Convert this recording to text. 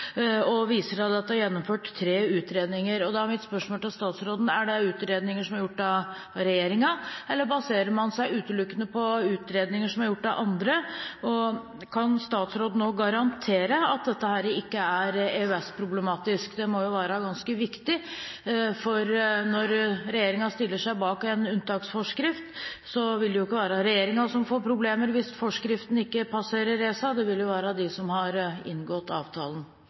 hun viser til at det er gjennomført tre utredninger. Da er mitt spørsmål til statsråden: Er det utredninger som er gjort av regjeringen, eller baserer man seg utelukkende på utredninger som er gjort av andre? Og kan statsråden nå garantere at dette ikke er EØS-problematisk? Det må være ganske viktig, for når regjeringen stiller seg bak en unntaksforskrift, vil det jo ikke være regjeringen som får problemer hvis forskriften ikke passerer ESA, det vil være de som har inngått avtalen.